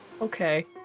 Okay